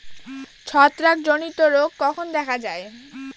ছত্রাক জনিত রোগ কখন দেখা য়ায়?